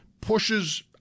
pushes